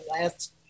last